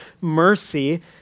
mercy